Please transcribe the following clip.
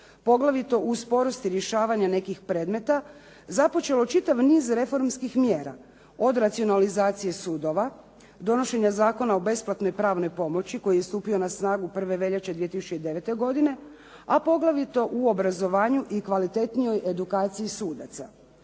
poglavito u sporosti rješavanja nekih predmeta započelo čitav niz reformskih mjera od racionalizacije sudova, donošenja Zakona o besplatnoj pravnoj pomoći koji je stupio na snagu 1. veljače 2009. godine a poglavito u obrazovanju i kvalitetnijoj edukaciji sudaca.